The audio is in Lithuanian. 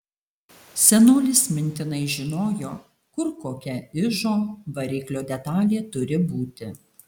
senolis mintinai žinojo kur kokia ižo variklio detalė turi būti